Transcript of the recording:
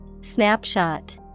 snapshot